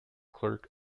clerk